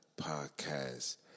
podcast